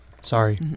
Sorry